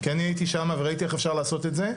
כי אני הייתי שמה וראיתי איך אפשר לעשות את זה,